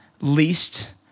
least